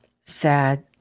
sad